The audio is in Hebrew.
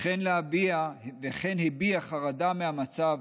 וכן הביעה חרדה מהמצב